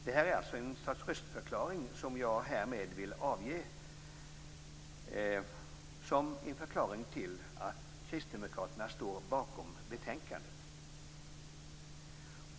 Jag vill härmed avge ett slags röstförklaring och tala om varför kristdemokraterna står bakom utskottets hemställan.